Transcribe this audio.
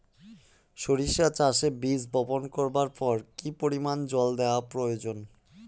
সরিষা চাষে বীজ বপন করবার পর কি পরিমাণ জল দেওয়া প্রয়োজন?